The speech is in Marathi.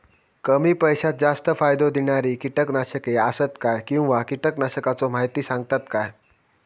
कमी पैशात जास्त फायदो दिणारी किटकनाशके आसत काय किंवा कीटकनाशकाचो माहिती सांगतात काय?